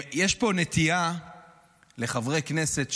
יש פה נטייה לחברי כנסת שנעלמו,